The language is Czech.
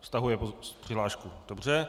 Stahuje přihlášku, dobře.